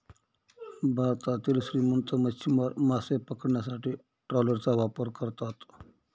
भारतातील श्रीमंत मच्छीमार मासे पकडण्यासाठी ट्रॉलरचा वापर करतात